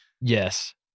Yes